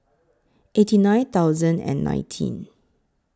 eighty nine thousand and nineteen